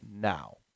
now